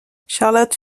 charlotte